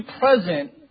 present